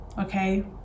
okay